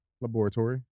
Laboratory